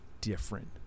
different